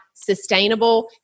sustainable